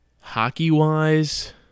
Hockey-wise